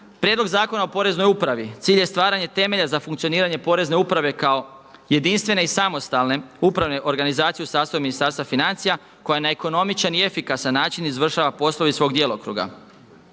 Prijedlog zakona o Poreznoj upravi, cilj je stvaranje temelja za funkcioniranje Porezne uprave kao jedinstvene i samostalne upravne organizacije u sastavu Ministarstva financija koja na ekonomičan i efikasan način izvršava poslove iz svog djelokruga.